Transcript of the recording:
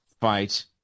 fight